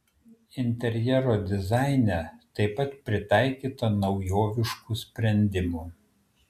interjero dizaine taip pat pritaikyta naujoviškų sprendimų